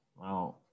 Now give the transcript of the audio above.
Wow